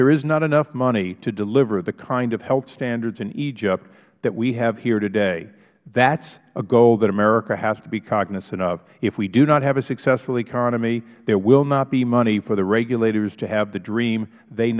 there is not enough money to deliver the kind of health standards in egypt that we have here today that is a goal that america has to be cognizant of if we do not have a successful economy there will not be money for the regulators to have the dream they